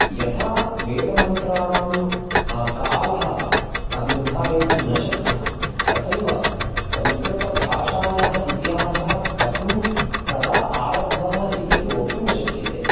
यथा वेदमन्त्राणां कालः निर्धारयितुं न शक्यः तथैव संस्कृतभाषायाः इतिहासः कथं कदा आरब्धः इत्यपि वक्तुं न शक्यते तथापि